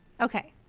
Okay